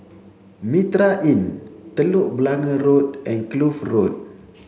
Mitraa Inn Telok Blangah Road and Kloof Road